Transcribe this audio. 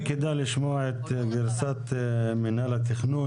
אולי כדאי לשמוע את גרסת מנהל התכנון.